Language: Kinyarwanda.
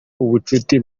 ubucuti